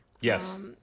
Yes